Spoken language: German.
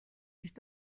ist